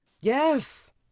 yes